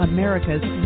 America's